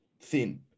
thin